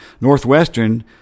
Northwestern